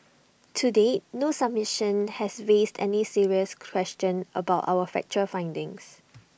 to date no submission has raised any serious question about our factual findings